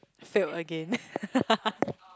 failed again